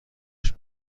نشر